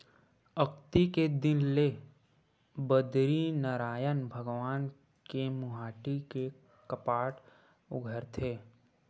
अक्ती के दिन ले बदरीनरायन भगवान के मुहाटी के कपाट उघरथे